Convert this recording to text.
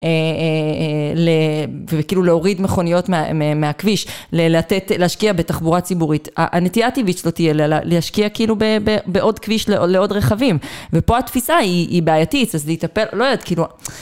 וכאילו להוריד מכוניות מהכביש, לתת, להשקיע בתחבורה ציבורית. הנטייה הטבעית שלו תהיה להשקיע כאילו בעוד כביש לעוד רכבים ופה התפיסה היא בעייתית אז להיטפל, לא יודעת, כאילו...